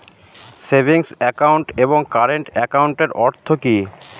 Savings account এবং current একাউন্টের অর্থ কি?